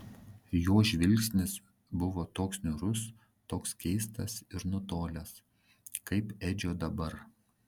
jo žvilgsnis buvo toks niūrus toks keistas ir nutolęs kaip edžio dabar